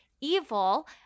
evil